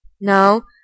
now